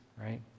right